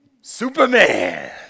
Superman